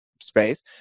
space